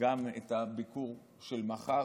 גם את הביקור של מחר,